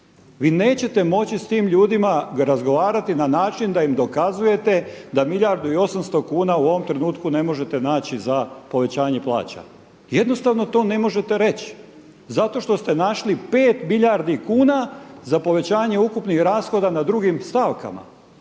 Vi nećete moći s tim ljudima razgovarati na način da im dokazujete da milijardu i osamsto kuna u ovom trenutku ne možete naći za povećanje plaća. Jednostavno to ne možete reći, zato što ste našli pet milijardi kuna za povećanje ukupnih rashoda na drugim stavkama